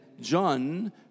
John